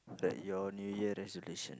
bout your New Year resolution